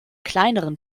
kleineren